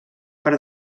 per